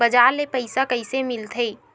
बजार ले पईसा कइसे मिलथे?